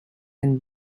and